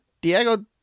Diego